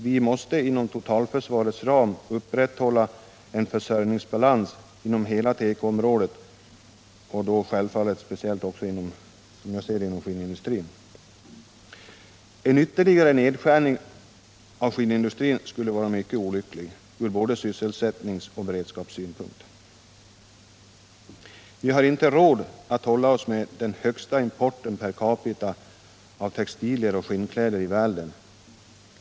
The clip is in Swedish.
Vi måste inom totalförsvarets ram upprätthålla en försörjningsbalans då det gäller hela tekoområdet och speciellt skinnindustrin. En ytterligare nedskärning av skinnindustrin skulle vara mycket olycklig från både sysselsättningsoch beredskapssynpunkt. Vi har inte råd att hålla oss med den högsta importen per capita av textilvaror och skinnkläder i världen.